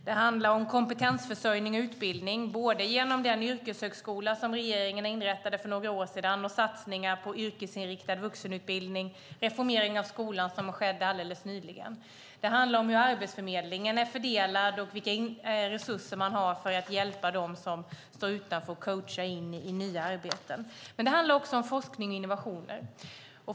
Det handlar om kompetensförsörjning och utbildning, både genom den yrkeshögskola regeringen inrättade för några år sedan, genom satsningar på yrkesinriktad vuxenutbildning och genom den reformering av skolan som skedde alldeles nyligen. Det handlar om hur Arbetsförmedlingen är fördelad och vilka resurser man har för att hjälpa dem som står utanför och coacha dem in i nya arbeten. Det handlar också om forskning och innovationer.